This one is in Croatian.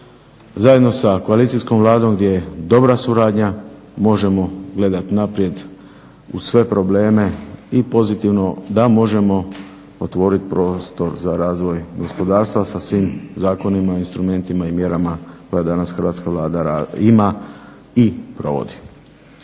zajedno sa koalicijskom Vladom gdje je dobra suradnja možemo gledati naprijed uz sve probleme i pozitivno da možemo otvoriti prostor za razvoj gospodarstva sa svim zakonima, instrumentima i mjerama koje danas Hrvatska vlada ima i provodi.